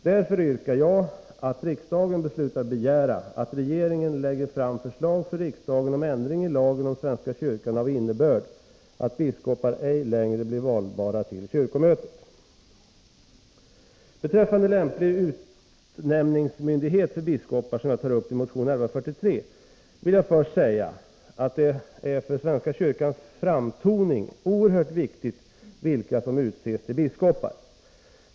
Därför yrkar jag att riksdagen beslutar begära att regeringen lägger fram förslag för riksdagen om ändring i lagen om svenska kyrkan av innebörd att biskopar ej längre blir valbara till kyrkomötet. Beträffande lämplig utnämningsmyndighet för biskopar, vilket jag tar upp i motion 1143, vill jag först säga att det är för svenska kyrkans framtoning oerhört viktigt vilka som utses till biskopar.